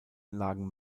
lagen